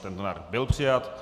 Tento návrh byl přijat.